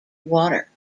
water